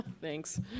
Thanks